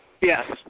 Yes